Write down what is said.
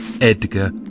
Edgar